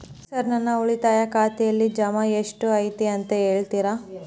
Sir ನನ್ನ ಉಳಿತಾಯ ಖಾತೆಯಲ್ಲಿ ಜಮಾ ಎಷ್ಟು ಐತಿ ಅಂತ ಹೇಳ್ತೇರಾ?